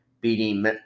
beating